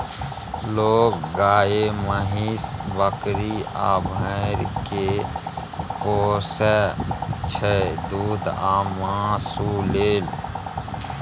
लोक गाए, महीष, बकरी आ भेड़ा केँ पोसय छै दुध आ मासु लेल